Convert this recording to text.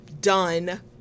done